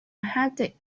hectic